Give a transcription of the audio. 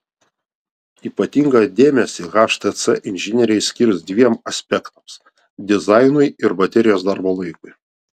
ypatingą dėmesį htc inžinieriai skirs dviem aspektams dizainui ir baterijos darbo laikui